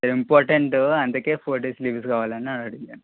ఇది ఇంపార్టెంటు అందుకే four days leaves కావాలని అడిగాను